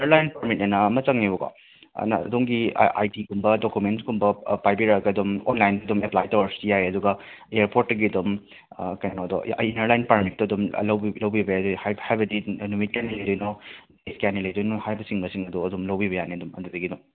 inner line permit ꯑꯅ ꯑꯃ ꯆꯪꯉꯦꯕꯀꯣ ꯑꯗꯣꯝꯒꯤ ꯑꯥꯏ ꯗꯤꯒꯨꯝꯕ ꯗꯣꯀꯨꯃꯦꯟ꯭ꯁꯀꯨꯝꯕ ꯄꯥꯏꯕꯤꯔꯛꯑꯒ ꯑꯗꯨꯝ ꯑꯣꯟꯂꯥꯏꯟꯗ ꯑꯗꯨꯝ ꯑꯦꯄ꯭ꯂꯥꯏ ꯇꯧꯔꯁꯨ ꯌꯥꯏ ꯑꯗꯨꯒ ꯑꯦꯔꯄꯣꯔ꯭ꯠꯇꯒꯤ ꯑꯗꯨꯝ ꯀꯩꯅꯣꯗꯣ ꯏꯟꯅꯔ ꯂꯥꯏꯟ ꯄꯔꯃꯤꯠꯇꯣ ꯑꯗꯨꯝ ꯂꯧꯕꯤ ꯂꯧꯕꯤꯕ ꯌꯥꯏ ꯍꯥꯏꯕꯗꯤ ꯅꯨꯃꯤꯠ ꯀꯌꯥꯅꯤ ꯂꯩꯔꯤꯅꯣ ꯅꯨꯃꯤꯠ ꯀꯌꯥꯅꯤ ꯂꯩꯗꯣꯏꯅꯣ ꯍꯥꯏꯕꯁꯤꯡ ꯑꯗꯣ ꯑꯗꯨꯝ ꯂꯧꯕꯤꯕ ꯌꯥꯅꯤ ꯑꯗꯨꯝ ꯑꯗꯨꯗꯒꯤ ꯑꯗꯨꯝ